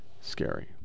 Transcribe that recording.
scary